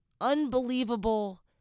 unbelievable